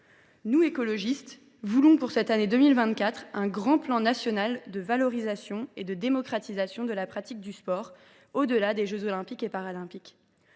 Nous, écologistes, voulons pour cette année 2024 un grand plan national de valorisation et de démocratisation de la pratique du sport, au delà des jeux Olympiques et Paralympiques.